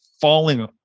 falling